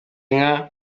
inka